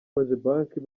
cogebanque